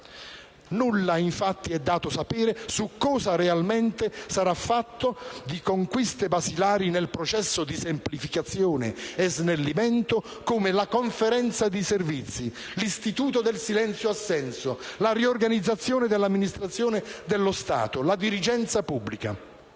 Nulla, infatti, è dato sapere su cosa realmente sarà fatto di conquiste basilari nel processo di semplificazione e snellimento come la Conferenza di servizi, l'istituto del silenzio-assenso, la riorganizzazione dell'amministrazione dello Stato, la dirigenza pubblica;